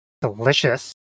delicious